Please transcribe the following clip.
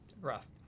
rough